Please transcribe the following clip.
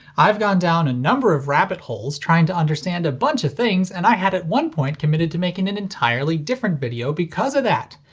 i've gone down a number of rabbit holes trying to understand a bunch of things, and i had at one point committed to making an entirely different video because of that!